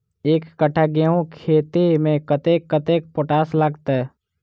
एक कट्ठा गेंहूँ खेती मे कतेक कतेक पोटाश लागतै?